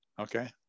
Okay